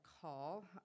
call